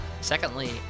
Secondly